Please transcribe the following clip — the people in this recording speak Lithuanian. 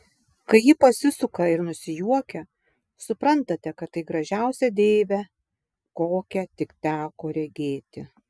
kai ji pasisuka ir nusijuokia suprantate kad tai gražiausia deivė kokią tik teko regėti